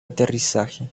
aterrizaje